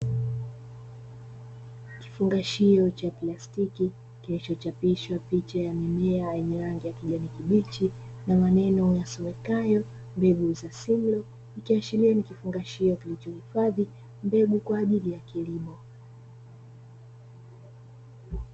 Kifungashio cha plastiki kilichochapishwa picha ya mimea yenye rangi ya kijani kibichi na maneno yasomekayo 'mbegu za simlo' ikiashiria ni kifungashio kilicho hifadhi mbegu kwa ajili ya kilimo.